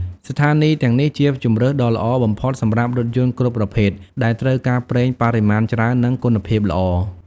ស្ថានីយ៍ទាំងនេះជាជម្រើសដ៏ល្អបំផុតសម្រាប់រថយន្តគ្រប់ប្រភេទដែលត្រូវការប្រេងបរិមាណច្រើននិងគុណភាពល្អ។